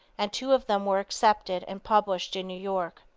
and two of them were accepted and published in new york.